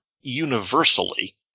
universally